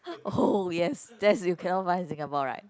oh yes that's you cannot find in Singapore right